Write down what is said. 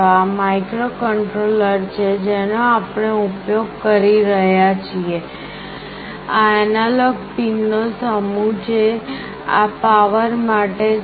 આ માઇક્રોકન્ટ્રોલર છે જેનો આપણે ઉપયોગ કરી રહ્યા છીએ આ એનાલોગ પિનનો સમૂહ છે આ પાવર માટે છે